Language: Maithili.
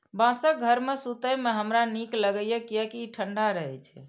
बांसक घर मे सुतै मे हमरा नीक लागैए, कियैकि ई ठंढा रहै छै